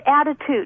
attitude